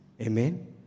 Amen